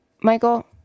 Michael